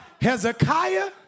Hezekiah